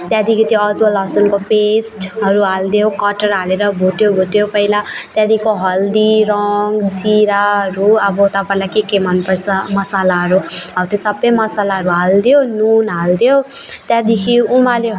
त्यहाँदेखि त्यो अदुवा लसुनको पेस्टहरू हालिदियो कटहर हालेर भुट्यो भुट्यो पहिला त्याहाँदेखिको हल्दी रङ जिराहरू अब तपाईँलाई के के मन पर्छ मसालाहरू हौ त्यो सबै मसालाहरू हालिदियो नुन हालिदियो त्यहाँदेखि उमाल्यो